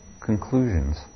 conclusions